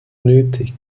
nötig